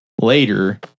later